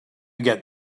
get